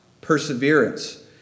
perseverance